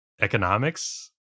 economics